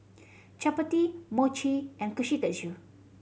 Chapati Mochi and Kushikatsu